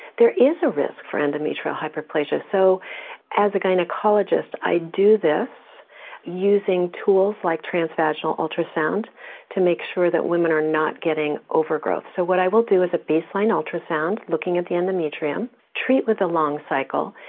there is a risk for endometrial hyperplasia, so as a gynaecologist i do this using tools like trans-vaginal ultrasound to make sure that women are not getting overgrowths. so what i will do is a base line ultrasound looking at the endometrium, treat with the long cycle,